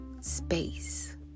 space